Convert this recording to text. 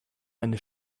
eine